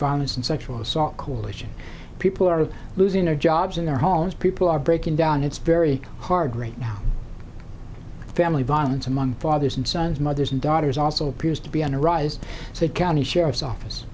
violence and sexual assault coalition people are losing their jobs in their homes people are breaking down it's very hard right now family violence among fathers and sons mothers and daughters also appears to be on the rise so it county sheriff's office